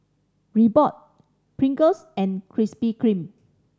Reebok Pringles and Krispy Kreme